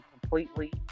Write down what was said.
completely